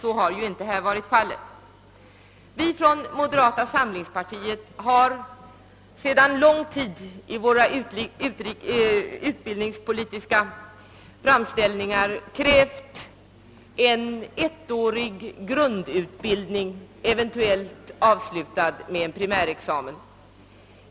Så har nu inte varit fallet. Från moderata samlingspartiet har vi sedan lång tid tillbaka i våra utbildningspolitiska framställningar krävt en ettårig akademisk grundutbildning, eventuellt avslutad med en primärexamen.